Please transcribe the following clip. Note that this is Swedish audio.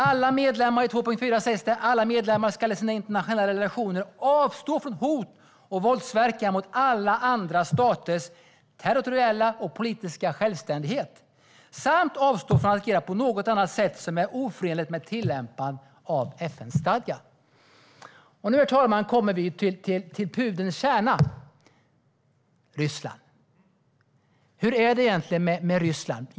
I artikel 2.4 sägs det att alla medlemmar ska i sina internationella relationer avstå från hot och våldsverkan mot alla andra staters territoriella och politiska självständighet samt avstå från att agera på något annat sätt som är oförenligt med tillämpningen av FN-stadgan. Herr talman! Nu kommer vi till pudelns kärna - Ryssland. Hur är det egentligen med Ryssland?